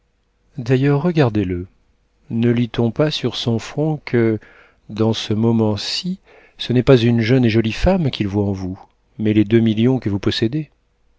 d'ailleurs regardez-le ne lit on pas sur son front que dans ce moment-ci ce n'est pas une jeune et jolie femme qu'il voit en vous mais les deux millions que vous possédez